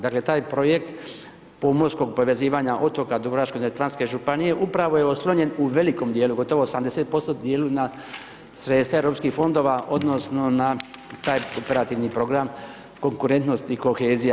Dakle, taj projekt pomorskog povezivanja otoka Dubrovačko-neretvanske županije upravo je oslonjen u velikom dijelu, gotovo 80% dijelu na sredstva EU fondova, odnosno na taj operativni program konkurentnosti kohezija.